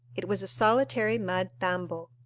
it was a solitary mud tambo,